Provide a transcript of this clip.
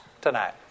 tonight